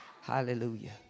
Hallelujah